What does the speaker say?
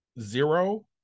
zero